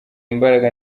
imbaraga